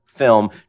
film